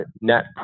net